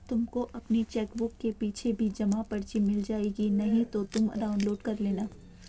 तुमको अपनी चेकबुक के पीछे भी जमा पर्ची मिल जाएगी नहीं तो तुम डाउनलोड कर लेना